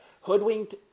Hoodwinked